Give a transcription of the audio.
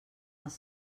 els